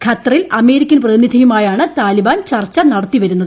ഖത്തറിൽ അമേരിക്കൻ പ്രതിനിധിയുമായാണ് താലിബാൻ ചർച്ച നടത്തിവരുന്നത്